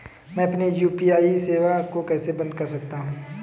मैं अपनी यू.पी.आई सेवा को कैसे बंद कर सकता हूँ?